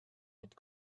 mit